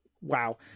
Wow